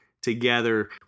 together